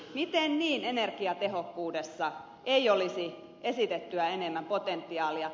miten niin energiatehokkuudessa ei olisi esitettyä enemmän potentiaalia